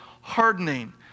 hardening